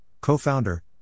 Co-Founder